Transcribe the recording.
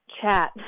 chat